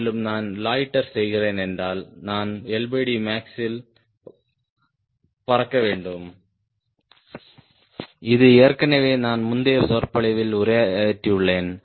மேலும் நான் லொய்ட்டர் செய்கிறேன் என்றால் நான் max யில் பறக்க வேண்டும் இது ஏற்கனவே நான் முந்தைய சொற்பொழிவில் உரையாற்றியுள்ளேன்